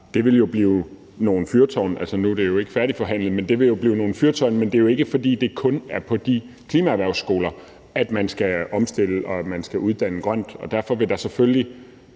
det vil blive nogle fyrtårne. Men det er jo ikke, fordi det kun er på de klimaerhvervsskoler, man skal omstille og man skal uddanne grønt, og derfor vil der i